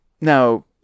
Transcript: now